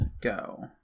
go